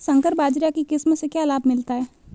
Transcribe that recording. संकर बाजरा की किस्म से क्या लाभ मिलता है?